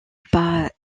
pas